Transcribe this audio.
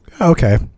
Okay